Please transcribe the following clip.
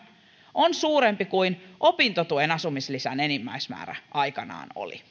on nyt kun opiskelijat ovat uudessa järjestelmässä suurempi kuin opintotuen asumislisän enimmäismäärä aikanaan oli